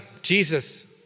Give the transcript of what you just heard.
Jesus